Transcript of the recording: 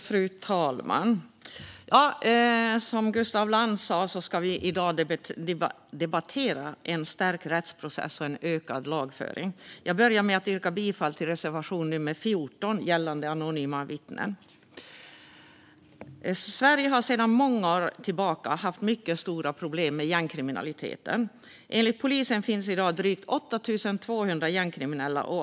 Fru talman! Som Gustaf Lantz sa ska vi nu debattera en stärkt rättsprocess och en ökad lagföring. Jag börjar med att yrka bifall till reservation nummer 14 gällande anonyma vittnen. Sverige har sedan många år tillbaka mycket stora problem med gängkriminaliteten. Enligt polisen finns i dag drygt 8 200 gängkriminella.